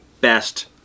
best